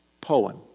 poem